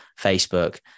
facebook